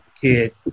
kid